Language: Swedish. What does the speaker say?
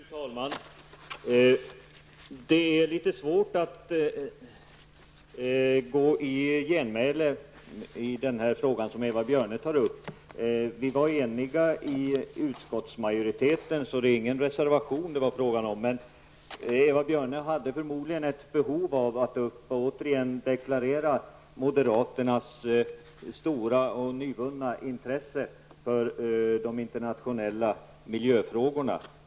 Fru talman! Det är litet svårt att replikera på den fråga som Eva Björne tar upp. Vi var eniga i utskottsmajoriteten, så det är inte fråga om någon reservation. Men Eva Björne hade förmodligen ett behov av att återigen deklarera moderaternas stora och nyvunna intresse för de internationella miljöfrågorna.